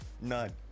None